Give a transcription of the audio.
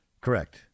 Correct